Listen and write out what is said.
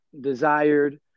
desired